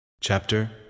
Chapter